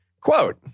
Quote